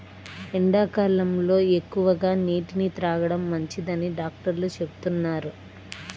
ఎండాకాలంలో ఎక్కువగా నీటిని తాగడం మంచిదని డాక్టర్లు చెబుతున్నారు